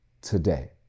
today